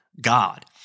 God